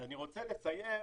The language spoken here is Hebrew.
אני רוצה לסיים.